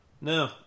No